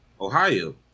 Ohio